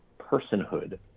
personhood